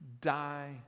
die